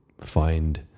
find